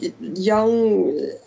young